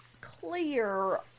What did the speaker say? clear